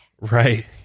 Right